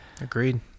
agreed